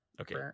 Okay